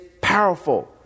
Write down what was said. powerful